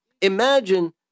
imagine